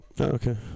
Okay